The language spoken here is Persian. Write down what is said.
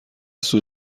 سور